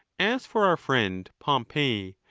as for our friend pompey,